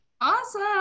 Awesome